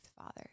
Father